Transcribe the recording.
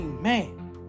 man